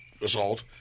assault